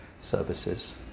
services